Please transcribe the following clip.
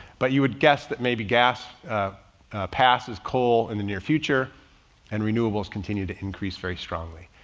but you would guess that maybe gas passes coal in the near future and renewables continue to increase very strongly.